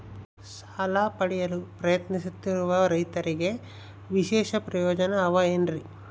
ಸಾಲ ಪಡೆಯಲು ಪ್ರಯತ್ನಿಸುತ್ತಿರುವ ರೈತರಿಗೆ ವಿಶೇಷ ಪ್ರಯೋಜನ ಅವ ಏನ್ರಿ?